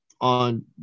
on